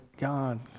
god